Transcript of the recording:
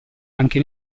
anche